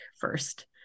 first